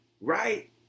right